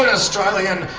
australian.